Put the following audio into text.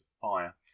fire